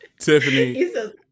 tiffany